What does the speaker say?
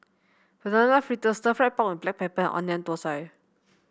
Banana Fritters Stir Fried Pork with Black Pepper and Onion Thosai